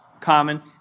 common